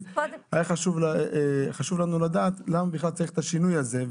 שהיה חשוב לנו לדעת למה בכלל צריך את השינוי הזה.